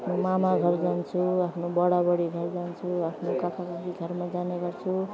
आफ्नो मामा घर जान्छु आफ्नो बडा बडी घर जान्छु आफ्नो काका काकी घरमा जाने गर्छु